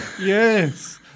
Yes